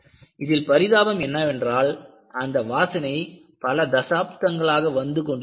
இதில் பரிதாபம் என்னவென்றால் அந்த வாசனை பல தசாப்தங்களாக வந்து கொண்டிருந்தது